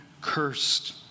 Cursed